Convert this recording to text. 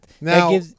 Now